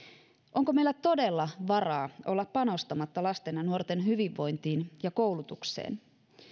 onko meillä todella varaa olla panostamatta lasten ja nuorten hyvinvointiin ja koulutukseen